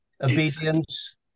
Obedience